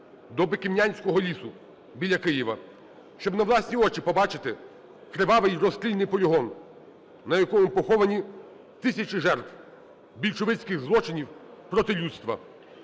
до Биківнянського лісу біля Києва, щоб на власні очі побачити кривавий і розстріляний полігон, на якому поховані тисячі жертв більшовицьких злочинів проти людства.